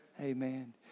amen